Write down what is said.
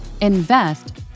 Invest